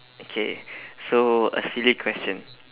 okay so a silly question